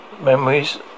memories